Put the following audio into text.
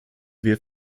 wir